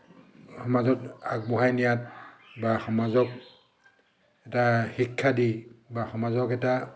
সমাজত আগবঢ়াই নিয়াত বা সমাজক এটা শিক্ষা দি বা সমাজক এটা